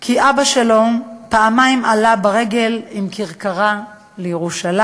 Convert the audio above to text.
כי אבא שלו פעמיים עלה ברגל עם כרכרה לירושלים,